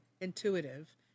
intuitive